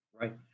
Right